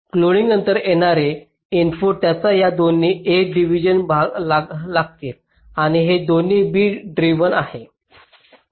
cloning नंतर येणारे input त्यांना या दोन्ही A ड्रिव्हन लागतील आणि हे दोन्ही B ड्रिव्हन आहे